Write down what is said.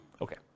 Okay